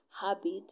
habit